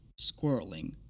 squirreling